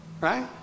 right